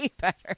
better